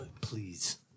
please